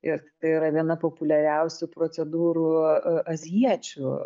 ir tai yra viena populiariausių procedūrų azijiečių